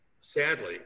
sadly